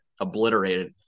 obliterated